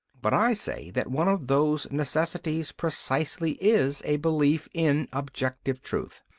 but i say that one of those necessities precisely is a belief in objective truth.